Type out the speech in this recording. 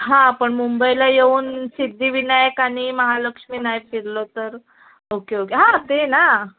हां पण मुंबईला येऊन सिद्धिविनायक आणि महालक्ष्मी नाही फिरलो तर ओके ओके हां ते ना